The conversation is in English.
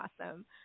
awesome